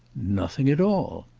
nothing at all!